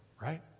right